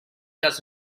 does